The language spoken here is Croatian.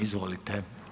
Izvolite.